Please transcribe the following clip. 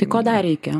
tai ko dar reikia